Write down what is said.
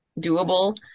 doable